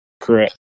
correct